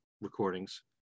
recordings